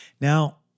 Now